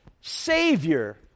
Savior